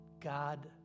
God